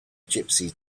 gypsy